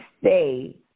stay